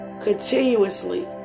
continuously